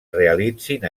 realitzin